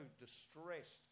distressed